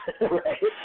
Right